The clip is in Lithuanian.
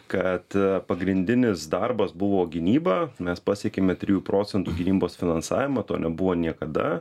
kad pagrindinis darbas buvo gynyba mes pasiekėme trijų procentų gynybos finansavimą to nebuvo niekada